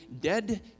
dead